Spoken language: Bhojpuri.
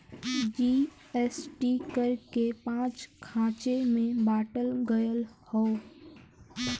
जी.एस.टी कर के पाँच खाँचे मे बाँटल गएल हौ